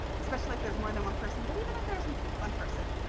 especially if there's more than one person, but even if there's one person.